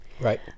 Right